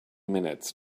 minutes